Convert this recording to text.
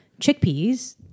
chickpeas